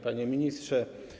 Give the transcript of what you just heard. Panie Ministrze!